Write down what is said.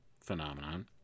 phenomenon